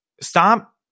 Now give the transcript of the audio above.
stop